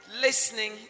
listening